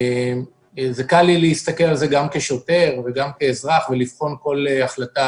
קל לי להסתכל על זה גם כשוטר וגם כאזרח ולבחון כל החלטה